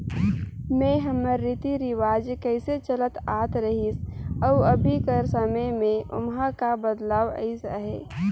में हमर रीति रिवाज कइसे चलत आत रहिस अउ अभीं कर समे में ओम्हां का बदलाव अइस अहे